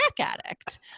addict